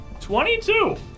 22